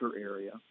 area